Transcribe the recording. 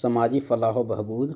سماجی فلاح و بہبود